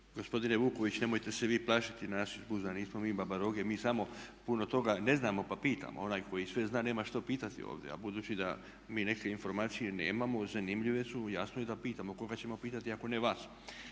Gospodine Vuković nemojte se vi plašiti nas iz BUZ-a, nismo mi babaroge, mi samo puno toga ne znamo pa pitamo. Onaj koji sve zna nema što pitati ovdje a budući da mi neke informacije nemamo, zanimljive su, jasno je da pitamo. A koga ćemo pitati ako ne vas?